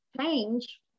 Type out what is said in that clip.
change